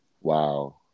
Wow